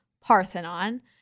Parthenon